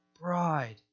bride